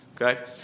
Okay